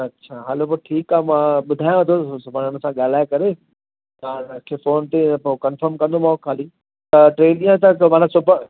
अच्छा हलो पोइ ठीकु आहे मां ॿुधायांव थो सुभाणे हुन सां ॻाल्हाए करे तव्हांखे फ़ोन ते पो कंर्फम कंदोमांव खाली तव्हां टे ॾींहं त सुबुह